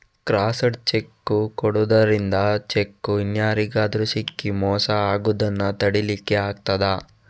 crossed cheque ಕೊಡುದರಿಂದ cheque ಇನ್ಯಾರಿಗಾದ್ರೂ ಸಿಕ್ಕಿ ಮೋಸ ಆಗುದನ್ನ ತಡೀಲಿಕ್ಕೆ ಆಗ್ತದೆ